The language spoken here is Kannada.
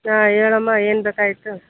ಹಾಂ ಹೇಳಮ್ಮ ಏನು ಬೇಕಾಗಿತ್ತು